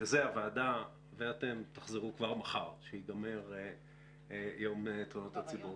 לזה הוועדה ואתם תחזרו כבר מחר כשיסתיים יום תלונות הציבור.